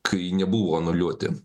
kai nebuvo anuliuoti